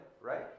right